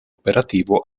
operativo